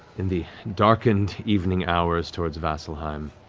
in the darkened evening hours, towards vasselheim.